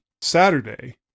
Saturday